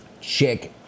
check